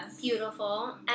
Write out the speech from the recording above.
Beautiful